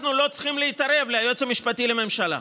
אנחנו לא צריכים להתערב ליועץ המשפטי לממשלה.